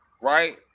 right